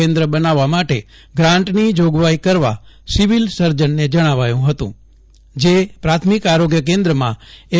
કેન્દ્ર બનાવવા માટે ગ્રાન્ટની જોગવાઇ કરવા સિવિલ સર્જનને જણાવાયું હતું જે પ્રાથમિક આરોગ્ય કેન્દ્રમાં એમ